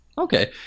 Okay